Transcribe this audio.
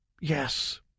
Yes